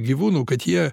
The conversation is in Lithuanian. gyvūnų kad jie